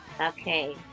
Okay